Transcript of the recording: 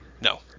No